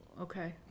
okay